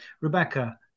Rebecca